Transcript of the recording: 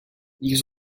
ils